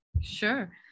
Sure